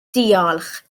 diolch